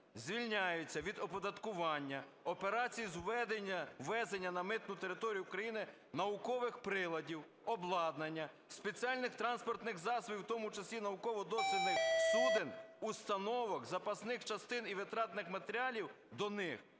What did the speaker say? "Звільняються від оподаткування операції з ввезення на митну територію України наукових приладів, обладнання, спеціальних транспортних засобів, в тому числі науково-дослідних суден, установок, запасних частин і витратних матеріалів до них,